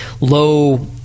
low